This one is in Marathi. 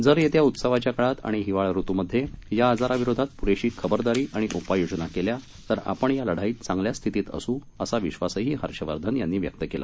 जर येत्या उत्सवाच्या काळात आणि हिवाळा ऋतूमधे या आजाराविरोधात पुरेशी खबरदारी आणि उपाययोजना केल्या तर आपण या लढाईत चांगल्या स्थितीमधे असू असा विश्वासही हर्षवर्धन यांनी व्यक्त केला